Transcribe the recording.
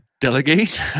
Delegate